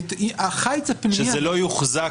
החיץ הפנימי הזה,